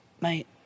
mate